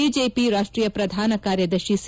BJP ರಾಷ್ಟೀಯ ಪ್ರಧಾನ ಕಾರ್ಯದರ್ತಿ ಸಿ